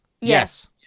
Yes